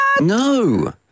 No